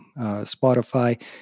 Spotify